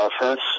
offense